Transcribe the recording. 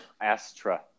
Astra